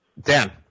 Dan